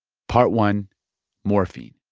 part one morphine